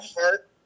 heart